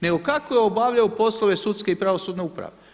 Nego kako je obavljao poslove sudske i pravosudne uprave.